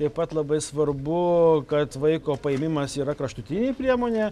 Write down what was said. taip pat labai svarbu kad vaiko paėmimas yra kraštutinė priemonė